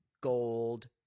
gold